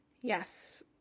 Yes